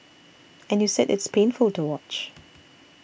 and you said it's painful to watch